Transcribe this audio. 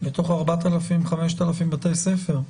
מתוך 5,000-4,000 בתי ספר.